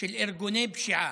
של ארגוני פשיעה,